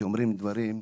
שאומרים דברים,